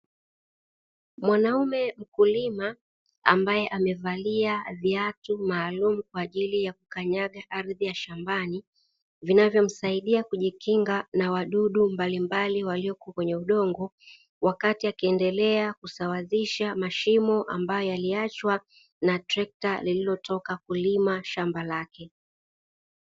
Mwanaume mkulima ambae amevalia viatu maalumu kwa ajili ya kukanyaga ardhi ya shambani, vinavyomsaidia kujikinga na wadudu mbalimbali walioko kwenye udongo, wakati akiendelea kusawazisha mashimo ambae aliachwa na trekta lililotoka kulima shamba lake.